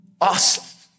Awesome